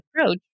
approach